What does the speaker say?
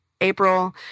April